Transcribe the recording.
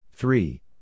Three